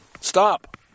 Stop